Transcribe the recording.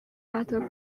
other